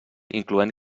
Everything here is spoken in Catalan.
incloent